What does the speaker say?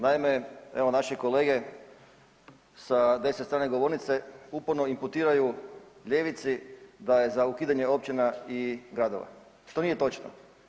Naime, evo naši kolege sa desne strane govornice uporno imputiraju ljevici da je za ukidanje općina i gradova što nije točno.